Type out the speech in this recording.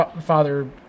father